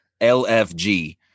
LFG